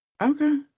Okay